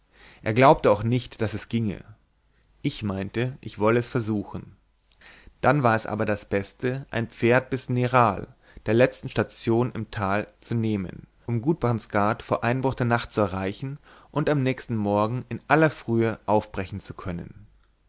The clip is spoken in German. er glaubte auch nicht daß es ginge ich meinte ich wolle es versuchen dann war es aber das beste ein pferd bis nerl der letzten station im tal zu nehmen um gudbrandsgard vor einbruch der nacht zu erreichen und am nächsten morgen in aller frühe aufbrechen zu können